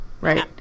Right